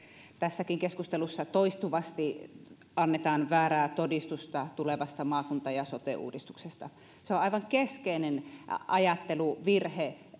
tässäkin keskustelussa toistuvasti annetaan väärää todistusta tulevasta maakunta ja sote uudistuksesta on aivan keskeinen ajatteluvirhe